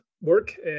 work